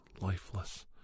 lifeless